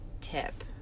tip